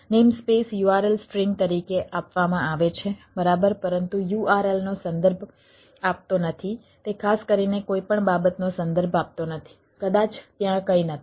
namespace URL string તરીકે આપવામાં આવે છે બરાબર પરંતુ URL નો સંદર્ભ આપતો નથી તે ખાસ કરીને કોઈ પણ બાબતનો સંદર્ભ આપતો નથી કદાચ ત્યાં કંઈ નથી